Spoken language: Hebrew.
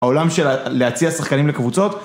העולם של להציע שחקנים לקבוצות